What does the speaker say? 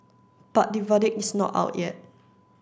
but the verdict is not out yet